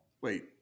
wait